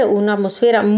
un'atmosfera